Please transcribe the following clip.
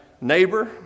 neighbor